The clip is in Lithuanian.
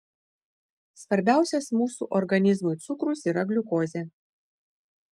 svarbiausias mūsų organizmui cukrus yra gliukozė